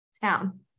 town